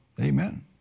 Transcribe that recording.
Amen